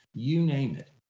you name it.